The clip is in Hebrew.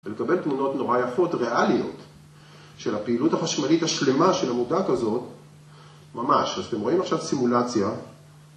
ולקבל תמונות נורא יפות, ריאליות, של הפעילות החשמלית השלמה של המודעת הזאת ממש, אז אתם רואים עכשיו סימולציה